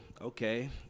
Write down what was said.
Okay